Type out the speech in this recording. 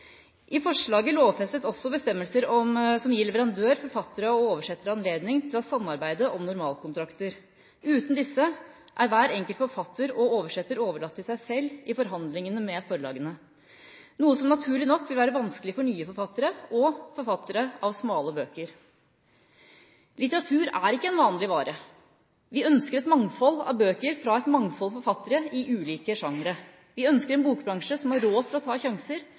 I forslaget lovfestes også bestemmelser som gir leverandører, forfattere og oversettere anledning til å samarbeide om normalkontrakter. Uten disse er hver enkelt forfatter og oversetter overlatt til seg selv i forhandlingene med forlagene, noe som naturlig nok vil være vanskelig for nye forfattere og forfattere av smale bøker. Litteratur er ikke en vanlig vare. Vi ønsker et mangfold av bøker fra et mangfold forfattere i ulike sjangre. Vi ønsker en bokbransje som har råd til å ta sjanser,